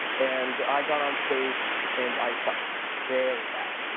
and i got on stage and i sucked, very bad.